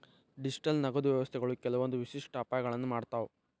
digital ನಗದು ವ್ಯವಸ್ಥೆಗಳು ಕೆಲ್ವಂದ್ ವಿಶಿಷ್ಟ ಅಪಾಯಗಳನ್ನ ಮಾಡ್ತಾವ